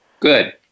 Good